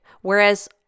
Whereas